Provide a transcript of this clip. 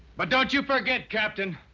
but don't you forget, captain,